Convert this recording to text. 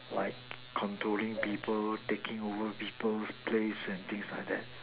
like controlling people taking over people place and things like that